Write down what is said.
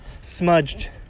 smudged